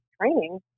training